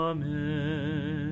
Amen